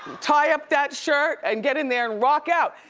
tie up that shirt and get in there and rock out.